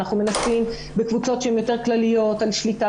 אנחנו מנסים בקבוצות שהן יותר כלליות על שליטה